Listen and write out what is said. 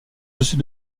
dessus